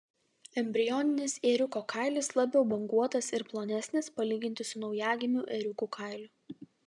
embrioninis ėriuko kailis labiau banguotas ir plonesnis palyginti su naujagimių ėriukų kailiu